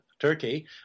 Turkey